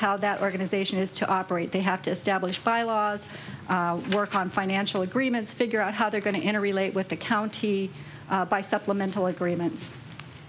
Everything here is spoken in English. how that organization is to operate they have to establish bylaws work on financial agreements figure out how they're going to enter relate with the county by supplemental agreements